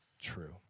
true